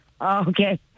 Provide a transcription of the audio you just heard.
Okay